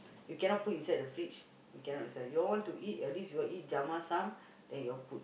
we cannot put inside the fridge we cannot decide y'all want to eat at least y'all eat jamah some then you all put